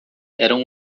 eram